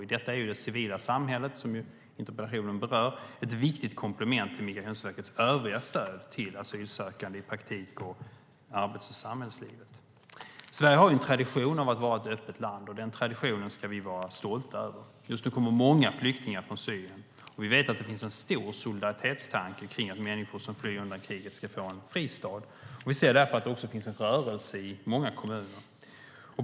I detta är det civila samhället, som interpellationen berör, ett viktigt komplement till Migrationsverkets övriga stöd till asylsökande i praktik och i arbets och samhällslivet. Sverige har en tradition av att vara ett öppet land. Den traditionen ska vi vara stolta över. Just nu kommer många flyktingar från Syrien. Vi vet att det finns en stor solidaritetstanke kring att människor som flyr undan kriget ska få en fristad. Vi ser därför att det också finns en rörelse i många kommuner.